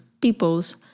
peoples